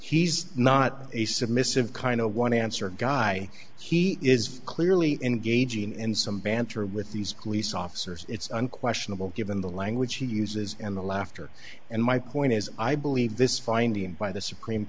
is he's not a submissive kind of one answer guy he is clearly engaging in some banter with these police officers it's unquestionable given the language he uses in the laughter and my point is i believe this finding by the supreme